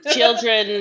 Children